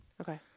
Okay